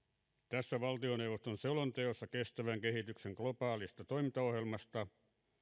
tässä valtioneuvoston selonteossa kestävän kehityksen globaalista toimintaohjelmasta